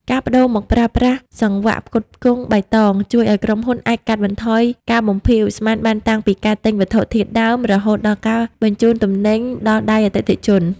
ការប្ដូរមកប្រើប្រាស់ "សង្វាក់ផ្គត់ផ្គង់បៃតង" ជួយឱ្យក្រុមហ៊ុនអាចកាត់បន្ថយការបំភាយឧស្ម័នបានតាំងពីការទិញវត្ថុធាតុដើម រហូតដល់ការបញ្ជូនទំនិញដល់ដៃអតិថិជន។